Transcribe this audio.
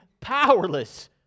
powerless